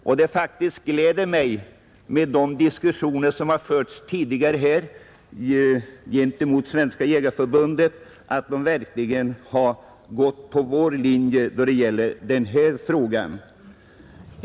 Det gläder mig faktiskt, efter de diskussioner som tidigare har förts här beträffande Svenska jägareförbundet, att förbundet verkligen har gått på vår linje när det gäller denna fråga.